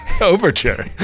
overture